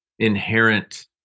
Inherent